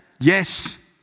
Yes